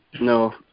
No